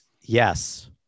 Yes